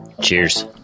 Cheers